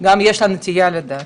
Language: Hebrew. וגם יש לה נטייה לדת.